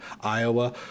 iowa